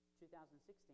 2016